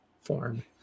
form